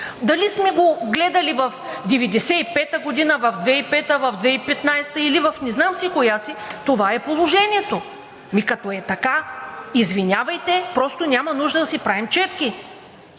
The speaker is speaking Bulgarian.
дали сме го гледали в 1995 г., в 2005 г., в 2015 г., или в не знам си коя си, това е положението. Като е така, извинявайте, просто няма нужда да си правим четки.